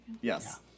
Yes